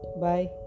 Bye